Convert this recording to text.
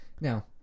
Now